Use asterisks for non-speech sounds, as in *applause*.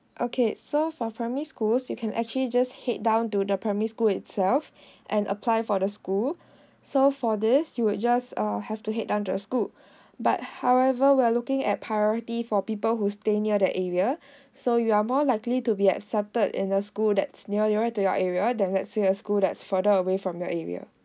okay so for primary schools you can actually just head down to the primary school itself *breath* and apply for the school *breath* so for this you would just uh have to head down to the school *breath* but however we are looking at priority for people who stay near the area *breath* so you are more likely to be accepted in a school that's nearer to your area then let's say a school that's further away from your area